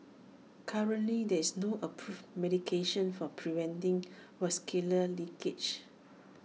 currently there is no approved medication for preventing vascular leakage